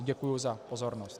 Děkuji za pozornost.